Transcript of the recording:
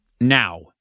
now